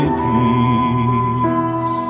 peace